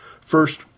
First